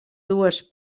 dues